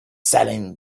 selling